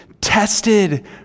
tested